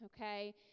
okay